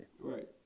Right